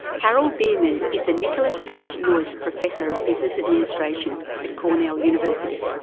harold bierman is the nicholas h. noyce professor of business administration at cornell university.